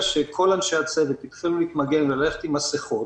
שכל אנשי הצוות התחילו להתמגן וללכת עם מסכות